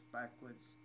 backwards